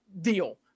deal